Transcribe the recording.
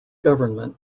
government